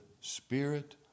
spirit